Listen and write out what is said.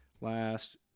Last